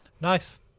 nice